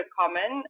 common